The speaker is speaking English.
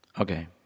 okay